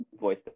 voice